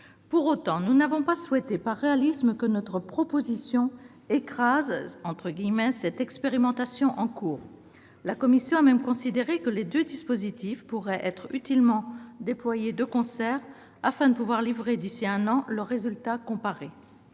Pour autant, nous n'avons pas souhaité, par réalisme, que notre proposition « écrase » l'expérimentation en cours. La commission a même considéré que les deux dispositifs pourraient être utilement déployés de concert : l'on pourrait ainsi livrer, d'ici un an, leurs résultats comparés.